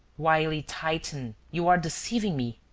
wily titan, you are deceiving me.